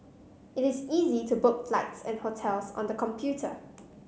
it is easy to book flights and hotels on the computer